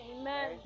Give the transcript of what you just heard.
Amen